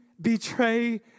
betray